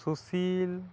Sushil